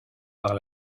par